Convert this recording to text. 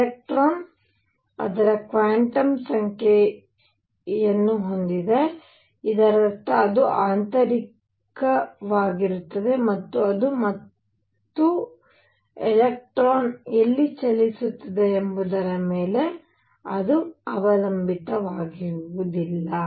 electron ಅದರ quantum ಸಂಖ್ಯೆಯನ್ನು ಹೊಂದಿದೆ ಇದರರ್ಥ ಅದು ಆಂತರಿಕವಾಗಿರುತ್ತದೆ ಮತ್ತು ಅದು ಮತ್ತು ಎಲೆಕ್ಟ್ರಾನ್ ಎಲ್ಲಿ ಚಲಿಸುತ್ತಿದೆ ಎಂಬುದರ ಮೇಲೆ ಅದು ಅವಲಂಬಿತವಾಗಿರುವುದಿಲ್ಲ